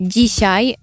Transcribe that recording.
Dzisiaj